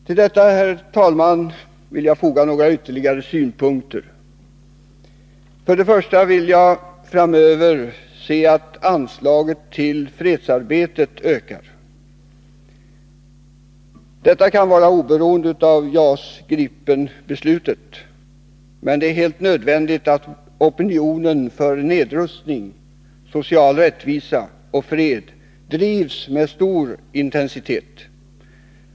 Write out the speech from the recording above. Till detta, herr talman, vill jag foga några ytterligare synpunkter. Först och främst vill jag framöver se att anslaget till fredsarbetet ökar. Detta kan vara oberoende av JAS Gripen-beslutet, men det är helt nödvändigt att opinionen för nedrustning, social rättvisa och fred drivs med stor intensitet.